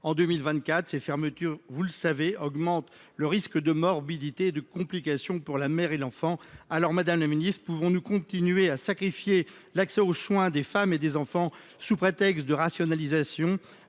en 2024. Or ces fermetures – chacun le sait – augmentent le risque de morbidité et de complications pour la mère comme pour l’enfant. Madame la ministre, pouvons nous continuer à sacrifier l’accès aux soins des femmes et des enfants sous prétexte de rationalisation ?